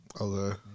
Okay